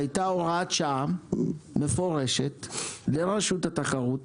הייתה הוראת שעה מפורשת לרשות התחרות,